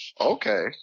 Okay